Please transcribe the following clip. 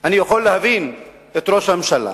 אני יכול להבין את ראש הממשלה